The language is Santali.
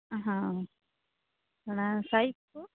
ᱦᱮᱸ ᱚᱱᱟ ᱥᱟᱭᱤᱡ ᱠᱚ